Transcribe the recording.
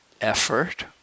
effort